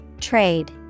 Trade